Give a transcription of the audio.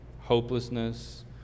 hopelessness